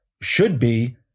should-be